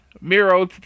Miro